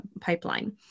pipeline